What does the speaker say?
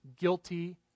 guilty